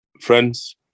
Friends